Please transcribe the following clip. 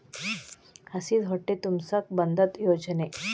ಹಸಿದ ಹೊಟ್ಟೆ ತುಂಬಸಾಕ ಬಂದತ್ತ ಯೋಜನೆ